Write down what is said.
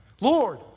Lord